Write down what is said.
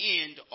end